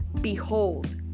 Behold